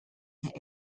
der